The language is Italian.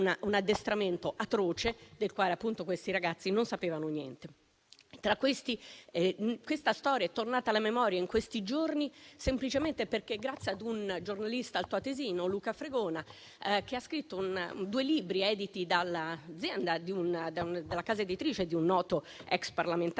un addestramento atroce, del quale quei ragazzi non sapevano niente. È una storia tornata alla memoria in questi giorni semplicemente grazie ad un giornalista altoatesino, Luca Fregona, che ha scritto due libri editi dalla casa editrice altoatesina Athesia di un noto ex parlamentare,